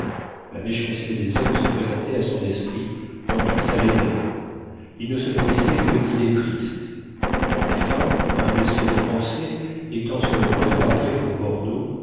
la méchanceté des hommes se présentait à son esprit dans toute sa laideur il ne se nourrissait que d'idées tristes enfin un vaisseau français étant sur le point de partir pour bordeaux